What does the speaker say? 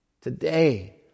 Today